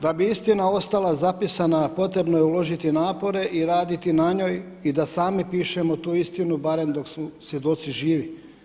Da bi istina ostala zapisana potrebno je uložiti napore i raditi na njoj i da sami pišemo tu istinu barem dok su svjedoci živi.